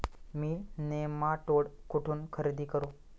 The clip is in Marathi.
मी नेमाटोड कुठून खरेदी करू?